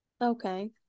Okay